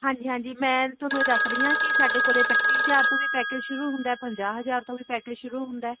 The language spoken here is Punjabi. ਹਾਂਜੀ ਹਾਂਜੀ ਮੈਂ ਤੁਹਾਨੂੰ ਇਹ ਦੱਸ ਰਹੀ ਹਾਂ ਕਿ ਸਾਡੇ ਕੋਲ ਪੱਚੀ ਹਜ਼ਾਰ ਤੋਂ ਵੀ ਪੈਕੇਜ ਸ਼ੁਰੂ ਹੁੰਦਾ ਹੈ ਪੰਜਾਹ ਹਜ਼ਾਰ ਤੋਂ ਵੀ ਪੈਕੇਜ ਸ਼ੁਰੂ ਹੁੰਦਾ ਹੈ